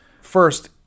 First